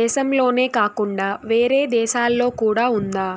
దేశంలోనే కాకుండా వేరే దేశాల్లో కూడా ఉందా?